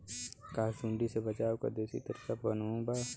का सूंडी से बचाव क देशी तरीका कवनो बा?